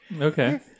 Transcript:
Okay